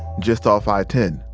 just off i ten,